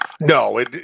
No